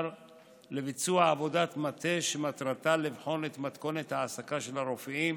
לביצוע עבודת מטה שמטרתה לבחון את מתכונת העסקה של הרופאים,